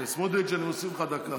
סמוטריץ', אני מוסיף לך דקה.